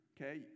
okay